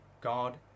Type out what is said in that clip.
God